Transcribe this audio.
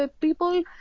People